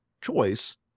choice